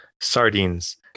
Sardines